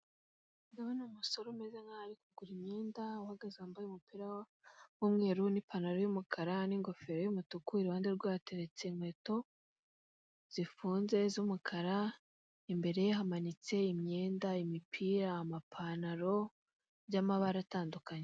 Ndabona umusore umeze nkaho ari kugura imyenda uhagaze wambaye umupira w'umweru n'ipantaro y'umukara n'ingofero y'umukara, iruhande rwe hateretse inkweto zifunze z'umukara, imbere ye hamanitse imyenda, imipira, amapantaro by'amabara atandukanye.